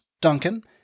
Duncan